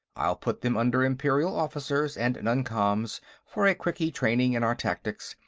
i'll put them under imperial officers and noncoms for a quickie training in our tactics,